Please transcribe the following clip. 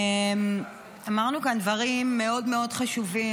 אמרנו כאן דברים מאוד מאוד חשובים,